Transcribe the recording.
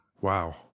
Wow